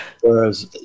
whereas